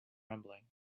rumbling